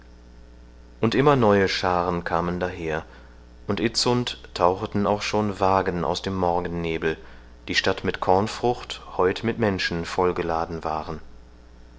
und immer neue scharen kamen daher und itzund taucheten auch schon wagen aus dem morgennebel die statt mit kornfrucht heut mit menschen voll geladen waren